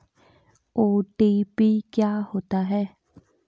OTP क्या होता है?